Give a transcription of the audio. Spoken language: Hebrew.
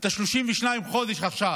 את 32 החודשים עכשיו.